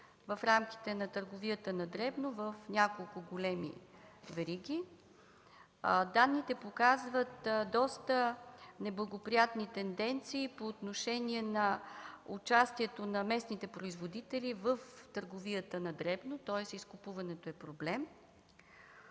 в рамките на търговията на дребно в няколко големи вериги. Данните показват доста неблагоприятни тенденции по отношение на участието на местните производители в търговията на дребно, тоест изкупуването е проблем.